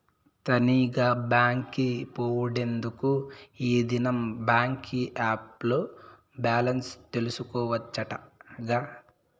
తనీగా బాంకి పోవుడెందుకూ, ఈ దినం బాంకీ ఏప్ ల్లో బాలెన్స్ తెల్సుకోవచ్చటగా